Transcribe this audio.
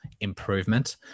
improvement